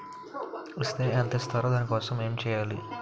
Is తే ఎంత ఇస్తారు దాని కోసం నేను ఎంచ్యేయాలి?